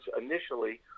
initially